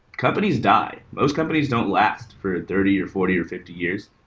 companies die. most companies don't last for thirty, or forty, or fifty years.